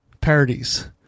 parodies